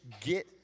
get